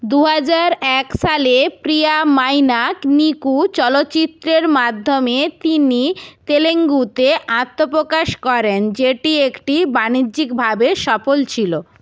দু হাজার এক সালে প্রিয়া মাইনাক নিকু চলচ্চিত্রের মাধ্যমে তিনি তেলুগুতে আত্মপ্রকাশ করেন যেটি একটি বাণিজ্যিকভাবে সফল ছিল